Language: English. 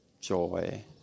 joy